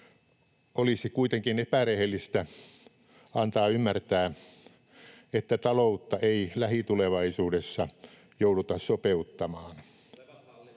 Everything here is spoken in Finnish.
Olisi kuitenkin epärehellistä antaa ymmärtää, että taloutta ei lähitulevaisuudessa jouduta sopeuttamaan.